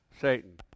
Satan